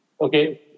okay